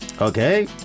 Okay